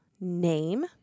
name